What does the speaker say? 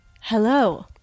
hello